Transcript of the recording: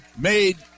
made